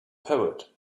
poet